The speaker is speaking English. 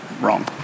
wrong